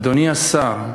אדוני השר,